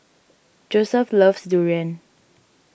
Joesph loves Durian